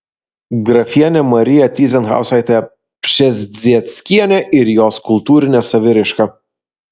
grafienė marija tyzenhauzaitė pšezdzieckienė ir jos kultūrinė saviraiška